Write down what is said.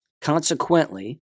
Consequently